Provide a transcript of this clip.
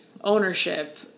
ownership